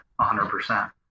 100%